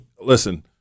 listen